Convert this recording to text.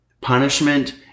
punishment